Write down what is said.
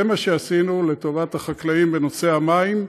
זה מה שעשינו לטובת החקלאים בנושא המים,